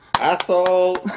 Asshole